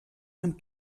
amb